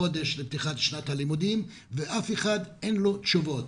חודש לפתיחת שנת הלימודים ולאף אחד אין תשובות,